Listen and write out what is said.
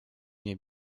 nie